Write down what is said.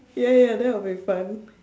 ya ya ya that would be fun